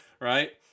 right